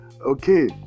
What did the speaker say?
Okay